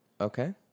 Okay